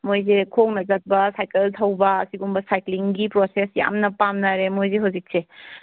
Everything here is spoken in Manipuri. ꯃꯣꯏꯒꯤ ꯈꯣꯡꯅ ꯆꯠꯄ ꯁꯥꯏꯀꯜ ꯊꯧꯕ ꯑꯁꯤꯒꯨꯝꯕ ꯁꯥꯏꯀ꯭ꯂꯤꯡꯒꯤ ꯄ꯭ꯔꯣꯁꯦꯁ ꯌꯥꯝꯅ ꯄꯥꯝꯅꯔꯦ ꯃꯣꯏꯁꯦ ꯍꯧꯖꯤꯛꯁꯦ